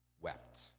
wept